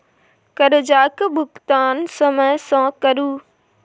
करजाक भूगतान समय सँ करु